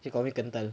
she call me kentang